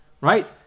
right